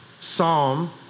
psalm